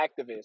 activist